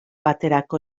baterako